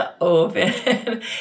Open